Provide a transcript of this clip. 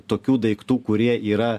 tokių daiktų kurie yra